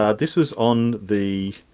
ah this was on the,